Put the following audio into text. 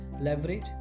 leverage